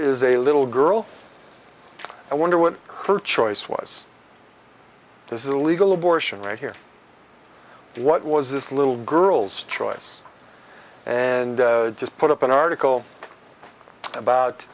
is a little girl and wonder what her choice was this is a legal abortion right here what was this little girl's choice and just put up an article about